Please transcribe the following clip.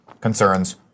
concerns